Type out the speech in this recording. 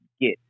get